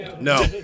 No